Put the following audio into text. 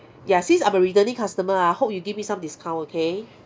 ya since I'm a returning customer I hope you give me some discount okay